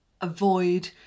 avoid